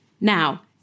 Now